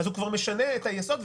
הוא כבר משנה את היסוד,